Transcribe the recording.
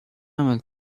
عمل